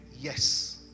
Yes